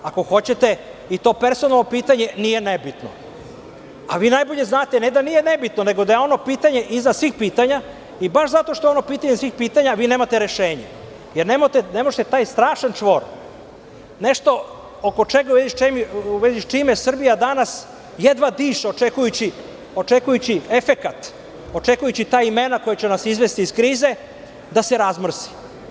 Ako hoćete, i to personalno pitanje nije nebitno, a vi najbolje znate, ne da nije nebitno, nego da je ono pitanje iznad svih pitanja i baš zato što je ono pitanje iznad svih pitanja, vi nemate rešenje, jer ne možete taj strašan čvor, nešto u vezi sa čime Srbija danas jedva diše očekujući efekat, očekujući ta imena koja će nas izvesti iz krize, da se razmrsi.